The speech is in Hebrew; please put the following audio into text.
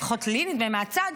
לפחות לי נדמה מהצד,